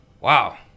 Wow